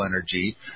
energy